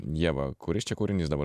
ieva kuris čia kūrinys dabar